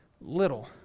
little